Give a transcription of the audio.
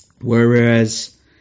Whereas